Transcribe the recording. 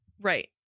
Right